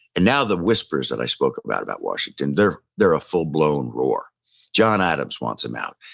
and now the whispers that i spoke about about washington, they're they're a full-blown roar john adams wants him out.